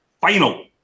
final